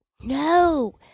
No